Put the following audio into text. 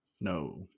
No